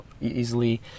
easily